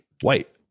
white